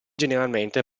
generalmente